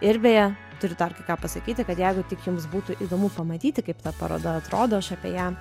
ir beje turiu dar kai ką pasakyti kad jeigu tik jums būtų įdomu pamatyti kaip ta paroda atrodo aš apie ją